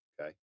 Okay